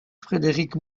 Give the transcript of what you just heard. frédéric